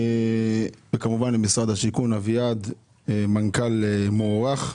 וכמובן למשרד השיכון, לאביעד, מנכ"ל מוערך.